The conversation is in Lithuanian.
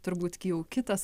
turbūt jau kitas